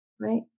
Right